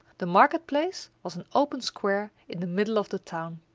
the market-place was an open square in the middle of the town.